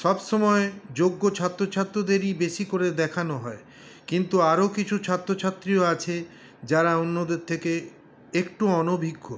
সবসময় যোগ্য ছাত্রছাত্রদেরই বেশি করে দেখানো হয় কিন্তু আরো কিছু ছাত্রছাত্রীও আছে যারা অন্যদের থেকে একটু অনভিজ্ঞ